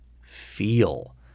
feel